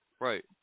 right